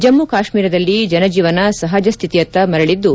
ಜಮ್ನು ಕಾಶ್ಸೀರದಲ್ಲಿ ಜನಜೀವನ ಸಹಜಸ್ಥಿತಿಯತ್ತ ಮರಳಿದ್ದು